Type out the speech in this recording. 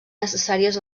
necessàries